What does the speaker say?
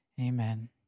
Amen